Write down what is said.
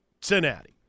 Cincinnati